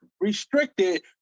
restricted